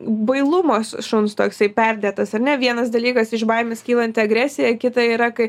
bailumas šuns toksai perdėtas ar ne vienas dalykas iš baimės kylanti agresija kita yra kai